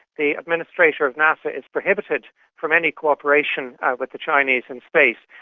the administrator of nasa is prohibited from any cooperation with the chinese in space.